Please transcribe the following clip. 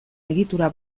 egitura